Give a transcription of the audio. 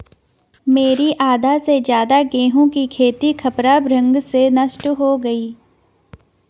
मेरी आधा से ज्यादा गेहूं की खेती खपरा भृंग से नष्ट हो गई